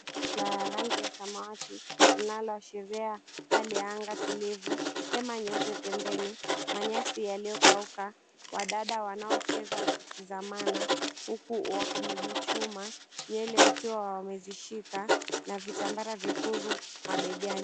Kuna rangi ya samawati linaloashiria hali ya anga tulivu, hema nyeupe pembeni, manyasi yaliyokauka, wadada wanaocheza wakitazamana huku wako miguu chuma, nywele wakiwa wamezishika na vitambara vyekundu mabegani.